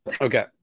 Okay